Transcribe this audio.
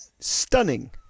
Stunning